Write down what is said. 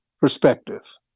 perspective